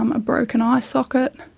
um a broken eye socket,